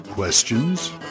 Questions